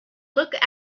look